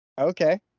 okay